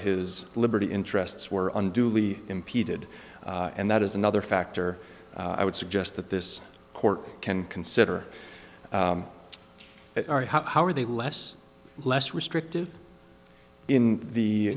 his liberty interests were unduly impeded and that is another factor i would suggest that this court can consider it or how are they less less restrictive in the